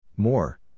More